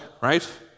right